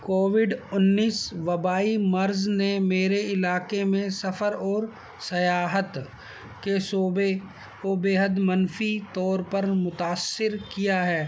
Covid انیس وبائی مرض نے میرے علاقے میں سفر اور سیاحت کے شعبے کو بے حد منفی طور پر متاثر کیا ہے